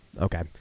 okay